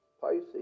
Pisces